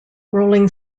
rolling